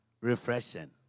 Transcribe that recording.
refreshing